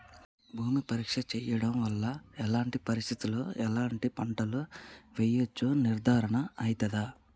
భూమి పరీక్ష చేయించడం వల్ల ఎలాంటి పరిస్థితిలో ఎలాంటి పంటలు వేయచ్చో నిర్ధారణ అయితదా?